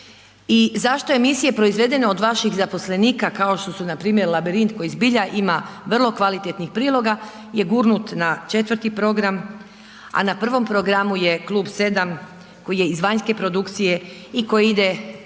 I zašto emisije proizvedene od vaših zaposlenika kao što su npr. Labirint koji zbilja ima vrlo kvalitetnih priloga je gurnut na 4. program, a na 1. programu je Klub 7 koji je iz vanjske produkcije i koji ide